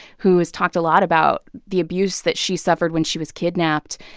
who has talked a lot about the abuse that she suffered when she was kidnapped.